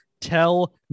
tell